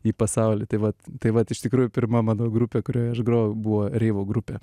į pasaulį tai vat tai vat iš tikrųjų pirma mano grupė kurioje aš grojau buvo reivo grupė